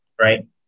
right